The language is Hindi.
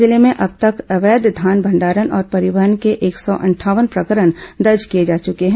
जिले में अब तक अवैध धान भंडारण और परिवहन के एक सौ अंठावन प्रकरण दर्ज किए जा चुके हैं